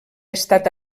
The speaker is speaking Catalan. estat